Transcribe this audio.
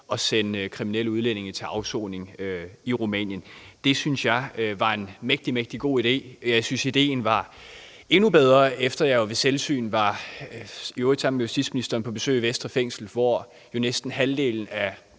og sende kriminelle udlændinge til afsoning i Rumænien. Det synes jeg var en mægtig, mægtig god idé. Jeg synes, at ideen var endnu bedre, efter at jeg sammen med justitsministeren var på besøg i Vestre Fængsel, hvor jo næsten halvdelen af